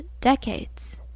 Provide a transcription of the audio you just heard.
decades